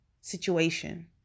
situation